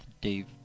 Dave